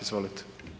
Izvolite.